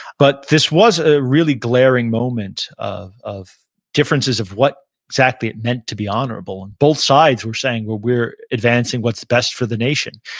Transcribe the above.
but this was a really glaring moment of of differences of what exactly it meant to be honorable, and both sides were saying, we're advancing what's best for the nation,